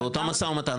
באותו משא ומתן,